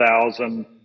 thousand